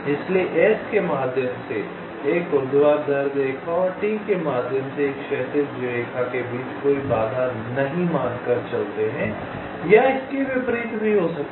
इसलिए S के माध्यम से एक ऊर्ध्वाधर रेखा और T के माध्यम से एक क्षैतिज रेखा के बीच कोई बाधा नहीं मान कर चलते हैं या इसके विपरीत भी हो सकता है